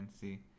see